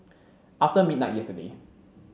after midnight yesterday